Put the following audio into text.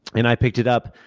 and i picked it up.